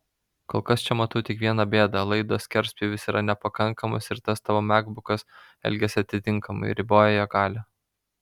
kol kas čia matau tik viena bėdą laido skerspjūvis yra nepakankamas ir tas tavo makbukas elgiasi atitinkamai riboja jo galią